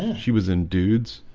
she was in dudes.